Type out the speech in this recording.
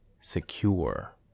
secure